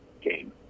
game